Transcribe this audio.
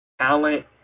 talent